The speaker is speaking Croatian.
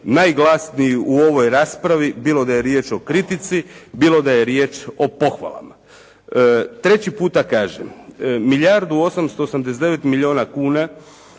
najglasniji u ovoj raspravi, bilo da je riječ o kritici, bilo da je riječ o pohvalama. Treći puta kažem, milijardu 889 milijuna kuna